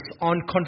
on